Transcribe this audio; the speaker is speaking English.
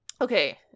okay